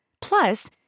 Plus